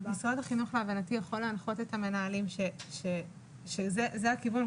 4. להבנתי משרד החינוך יכול להנחות את המנהלים שזה הכיוון,